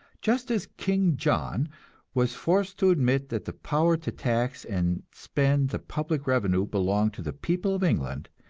just as king john was forced to admit that the power to tax and spend the public revenue belonged to the people of england,